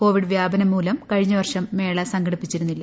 Covid വ്യാപനം മൂലം കഴിഞ്ഞവർഷം മേള സംഘടിപ്പിച്ചിരുന്നില്ല